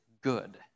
good